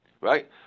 Right